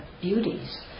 beauties